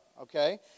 okay